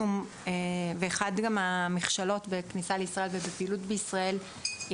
אחת המכשלות בכניסה לישראל ובפעילות בישראל היא